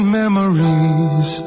memories